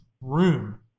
room